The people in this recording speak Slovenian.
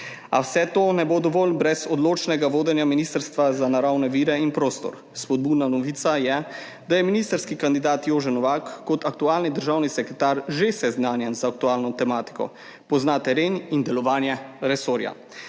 A vse to ne bo dovolj brez odločnega vodenja ministrstva za naravne vire in prostor. Spodbudna novica je, da je ministrski kandidat Jože Novak kot aktualni državni sekretar že seznanjen z aktualno tematiko, pozna teren in delovanje resorja.